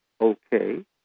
okay